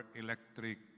electric